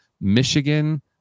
Michigan